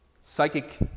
Psychic